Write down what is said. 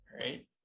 right